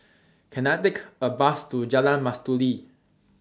Can I Take A Bus to Jalan Mastuli